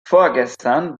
vorgestern